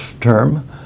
term